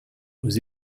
aux